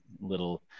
little